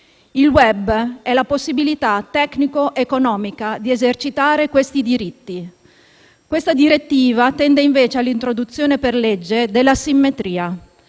Il *web* è la possibilità tecnico-economica di esercitare questi diritti. Questa direttiva tende invece all'introduzione per legge dell'asimmetria: